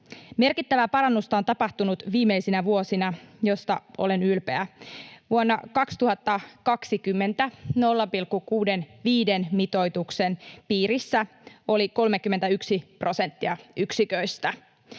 merkittävää parannusta on tapahtunut viimeisinä vuosina, josta olen ylpeä. Vuonna 2020 0,65-mitoituksen piirissä oli 31 prosenttia yksiköistä.